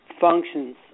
functions